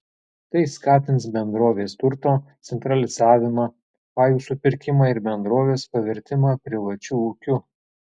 tai skatins bendrovės turto centralizavimą pajų supirkimą ir bendrovės pavertimą privačiu ūkiu